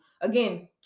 Again